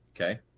Okay